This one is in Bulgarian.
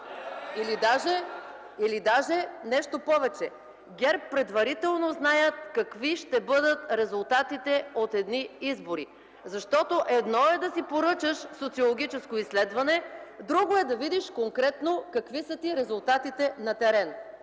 Или даже нещо повече – ГЕРБ предварително знаят какви ще бъдат резултатите от едни избори, защото едно е да си поръчаш социологическо изследване, друго е да видиш конкретно какви са ти резултатите на терен.